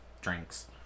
drinks